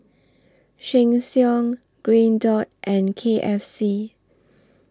Sheng Siong Green Dot and K F C